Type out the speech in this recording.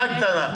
אחת קטנה.